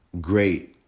great